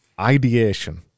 ideation